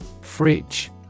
Fridge